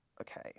Okay